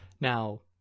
Now